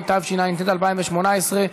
התשע"ט 2018,